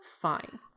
Fine